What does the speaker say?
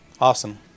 Awesome